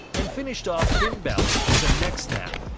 and finished off finn balor with a neck snap.